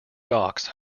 docks